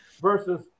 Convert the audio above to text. versus